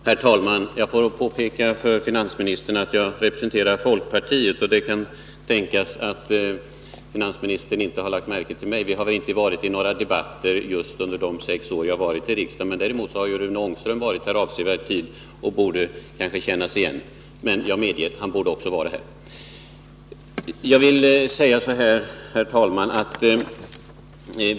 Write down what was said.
Herr talman! Jag får påpeka för finansministern att jag representerar folkpartiet. Det kan tänkas att finansministern inte har lagt märke till mig — vi har inte direkt fört några debatter under de sex år som jag har varit i riksdagen. Däremot har Rune Ångström varit här en avsevärd tid och borde kanske kännas igen.